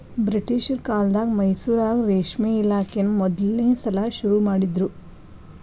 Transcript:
ಬ್ರಿಟಿಷರ ಕಾಲ್ದಗ ಮೈಸೂರಾಗ ರೇಷ್ಮೆ ಇಲಾಖೆನಾ ಮೊದಲ್ನೇ ಸಲಾ ಶುರು ಮಾಡಿದ್ರು